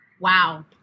wow